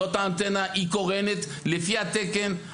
זאת האנטנה, היא קורנת לפי התקן.